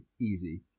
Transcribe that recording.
Easy